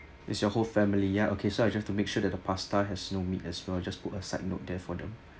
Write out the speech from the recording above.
is your whole family ya okay so I just have to make sure that the pasta has no meat as well just put a side note there for them